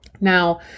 Now